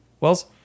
Wells